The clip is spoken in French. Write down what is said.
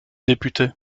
député